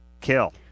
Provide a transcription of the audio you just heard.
Kill